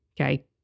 Okay